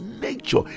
nature